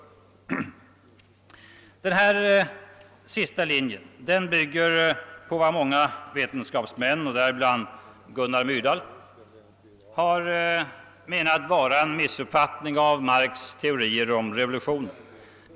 Den sista linjen bygger på vad många, bland dem Gunnar Myrdal, menar vara en missuppfattning av Marx” teorier om revolutionen.